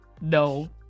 no